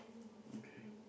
okay